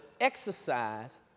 exercise